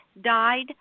died